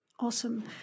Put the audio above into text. Awesome